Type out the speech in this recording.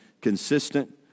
consistent